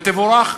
ותבורך.